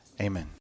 Amen